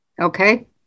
Okay